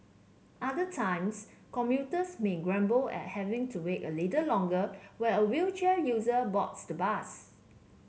other times commuters may grumble at having to wait a little longer while a wheelchair user boards the bus